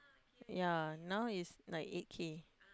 ya now is like eight K